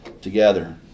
together